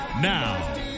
Now